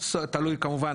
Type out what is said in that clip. תלוי כמובן,